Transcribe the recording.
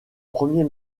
premier